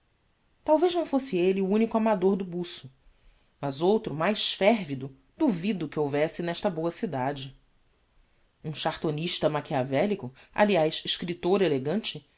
talvez não fosse elle o unico amador do buço mas outro mais férvido duvido que houvesse nesta boa cidade um chartonista machiavelico aliás escriptor elegante